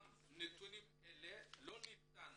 גם עם נתונים אלה לא ניתן